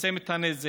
ולצמצם את הנזק.